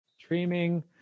Streaming